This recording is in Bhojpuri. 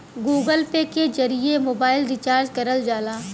गूगल पे के जरिए मोबाइल रिचार्ज करल जाला